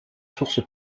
sources